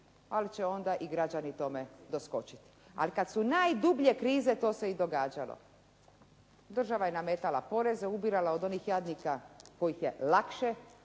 ali će onda i građani tome doskočiti. Ali kada su najdublje krize to se i događalo. Država je nametala poreze ubirala od onih jadnika od kojih je lakše